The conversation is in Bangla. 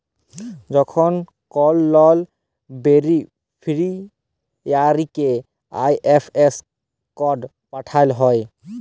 যখল কল লল বেলিফিসিয়ারিকে আই.এফ.এস কড পাঠাল হ্যয়